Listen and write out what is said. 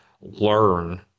learn